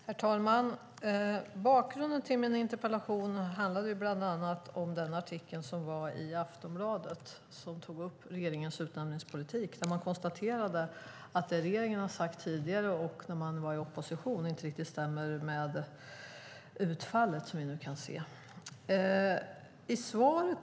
Herr talman! Bakgrunden till min interpellation är bland annat den artikel i Aftonbladet som tar upp regeringens utnämningspolitik. Här konstateras att det som regeringen sagt tidigare, och när man var i opposition, inte riktigt stämmer med det utfall vi kan se.